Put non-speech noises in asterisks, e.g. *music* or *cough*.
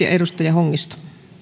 *unintelligible* ja edustaja hongisto